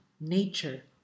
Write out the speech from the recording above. nature